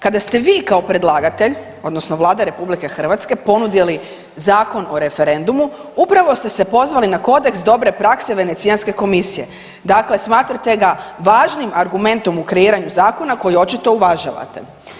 Kada ste vi kao predlagatelj odnosno Vlada RH ponudili Zakon o referendumu upravo ste se pozvali na kodeks dobre prakse Venecijanske komisije, dakle smatrate ga važnim argumentom u kreiranju zakona koji očito uvažavate.